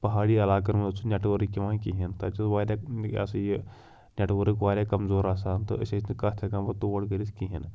پہاڑی علاقن منٛز چھِنہٕ نیٚٹؤرٕک یِوان کِہیٖنۍ تَتہِ چھِ واریاہ یِہِ ہسا یہِ نیٚٹؤرٕک وارِیاہ کمزور آسان تہٕ أسۍ ٲسۍ نہٕ کَتھ ہیٚکان پتہٕ تور کٔرِتھ کِہینۍ نہٕ